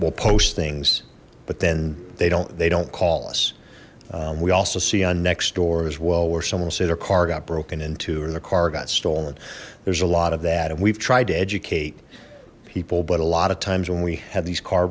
will post things but then they don't they don't call us we also see on next door as well where someone will say their car got broken into or the car got stolen there's a lot of that and we've tried to educate people but a lot of times when we have these car